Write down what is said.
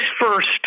first